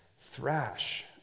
thrash